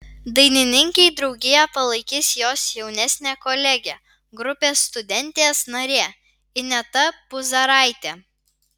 dainininkei draugiją palaikys jos jaunesnė kolegė grupės studentės narė ineta puzaraitė